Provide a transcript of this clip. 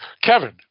Kevin